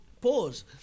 Pause